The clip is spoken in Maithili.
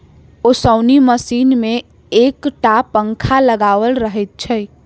ओसौनी मशीन मे एक टा पंखा लगाओल रहैत छै